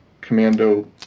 commando